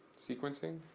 sequencing.